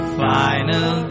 final